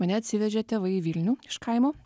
mane atsivežė tėvai į vilnių iš kaimo